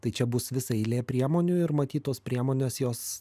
tai čia bus visa eilė priemonių ir matyt tos priemonės jos